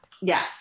Yes